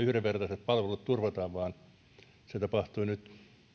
yhdenvertaiset palvelut turvataan siellä maakunnassa vaan se tapahtuu nyt